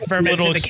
little